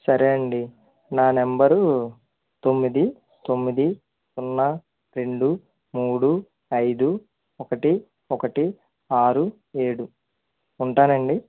సరే అండి నా నెంబరు తొమ్మిది తొమ్మిది సున్నా రెండు మూడు ఐదు ఒకటి ఒకటి ఆరు ఏడు ఉంటానండి